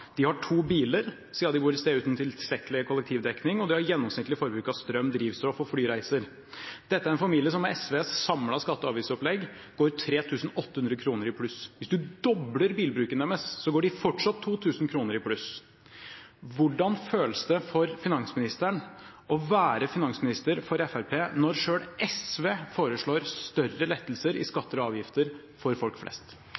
de har to biler siden de bor et sted uten tilstrekkelig kollektivdekning, og de har et gjennomsnittlig forbruk av strøm, drivstoff og flyreiser. Dette er en familie som med SVs samlede skatte- og avgiftsopplegg går 3 800 kr i pluss. Hvis man dobler bilbruken deres, går de fortsatt 2 000 kr i pluss. Hvordan føles det for finansministeren å være finansminister for Fremskrittspartiet når selv SV foreslår større lettelser i